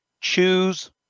choose